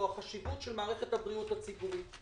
החשיבות של מערכת הבריאות הציבורית.